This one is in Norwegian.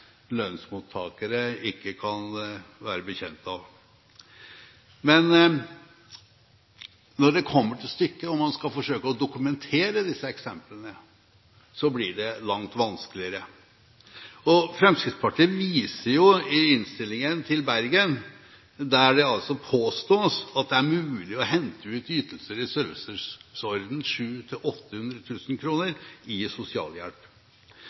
lønnsmottakere ikke kan være bekjent av. Men når det kommer til stykket og man skal forsøke å dokumentere disse eksemplene, blir det langt vanskeligere. Fremskrittspartiet viser i innstillingen til Bergen, der det påstås at det er mulig å hente ut ytelser, sosialhjelp, i